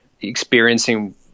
experiencing